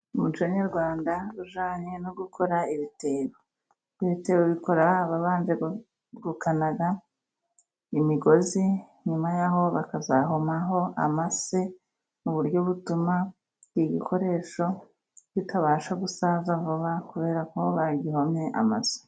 Umuco nyarwanda ujyane no gukora ibitebo, igitebo bikorwa babanje gukanyaga imigozi, nyuma yaho bakazahomaho amase mu buryo butuma igikoresho kitabasha gusaza vuba kubera ko baba bagihomye amase.